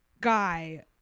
guy